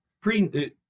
pre